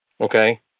Okay